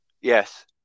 Yes